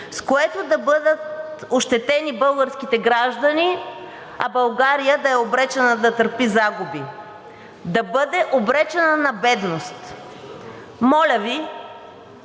с което да бъдат ощетени българските граждани, а България да е обречена да търпи загуби, да бъде обречена на бедност. Моля Ви